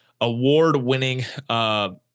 award-winning